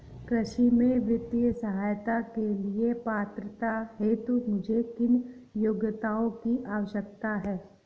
कृषि में वित्तीय सहायता के लिए पात्रता हेतु मुझे किन योग्यताओं की आवश्यकता है?